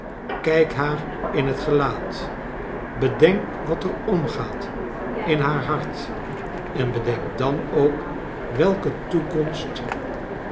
kijk haar in het gelaat bedenk wat er omgaat in haar hart en bedenk dan ook welke toekomst